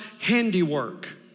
handiwork